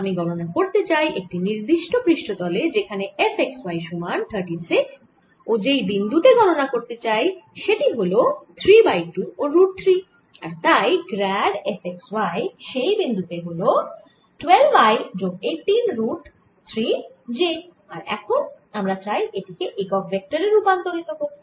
আমি গণনা করতে চাই এই নির্দিষ্ট পৃষ্ঠতলে যেখানে f x y সমান 36 ও যেই বিন্দু তে গণনা করতে চাই সেটি হল 3 বাই 2 ও রুট 3 আর তাই গ্র্যাড f x y সেই বিন্দু তে হল 12 i যোগ 18 রুট 3 j আর এখন আমরা চাই এটি কে একক ভেক্টর এ রুপান্তরিত করতে